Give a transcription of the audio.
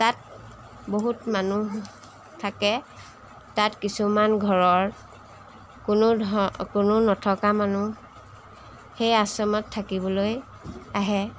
তাত বহুত মানুহ থাকে তাত কিছুমান ঘৰৰ কোনো ধৰ কোনো নথকা মানুহ সেই আশ্ৰমত থাকিবলৈ আহে